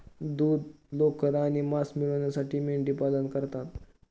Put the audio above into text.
दूध, लोकर आणि मांस मिळविण्यासाठी मेंढीपालन करतात